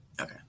Okay